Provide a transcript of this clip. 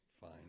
Fine